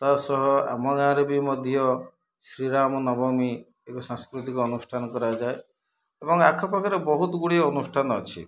ତା ସହ ଆମ ଗାଁରେ ବି ମଧ୍ୟ ଶ୍ରୀରାମ ନବମୀ ଏବଂ ସାଂସ୍କୃତିକ ଅନୁଷ୍ଠାନ କରାଯାଏ ଏବଂ ଆଖପାଖରେ ବହୁତ ଗୁଡ଼ିଏ ଅନୁଷ୍ଠାନ ଅଛି